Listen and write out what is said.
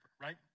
right